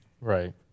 Right